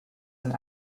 and